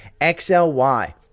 XLY